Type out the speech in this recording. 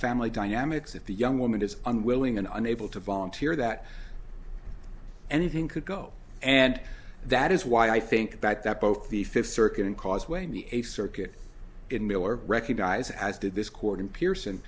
family dynamics if the young woman is unwilling and unable to volunteer that anything could go and that is why i think that that both the fifth circuit and cause when the a circuit in miller recognize as did this court in pierson